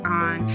on